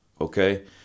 okay